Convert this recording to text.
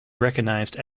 recognized